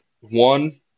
one